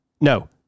No